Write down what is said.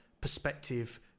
perspective